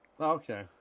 Okay